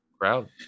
crowd